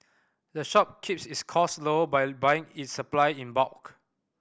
the shop keeps its cost low by buying its supply in bulk